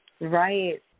Right